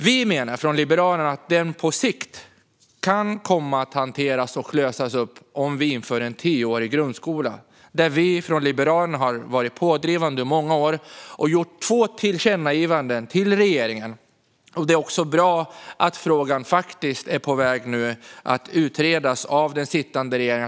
Vi liberaler menar att detta på sikt kan hanteras och lösas om vi inför tioårig grundskola. Här har Liberalerna varit pådrivande i många år och gjort två tillkännagivanden till regeringen, och det är bra att frågan nu är på väg att utredas av den sittande regeringen.